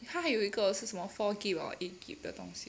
他还有一个是什么 four G_B or eight G_B 的东西